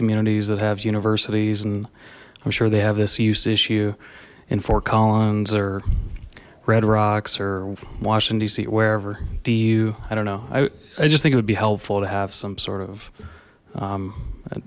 communities that have universities and i'm sure they have this use issue in fort collins or red rocks or washington dc wherever do you i don't know i i just think it would be helpful to have some sort of